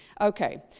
Okay